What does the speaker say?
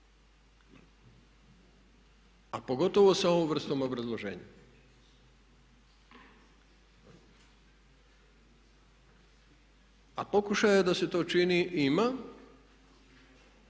a pogotovo sa ovom vrstom obrazloženja. A pokušaja da se to učini ima